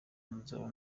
nzaba